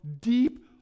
deep